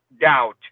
doubt